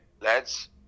Lads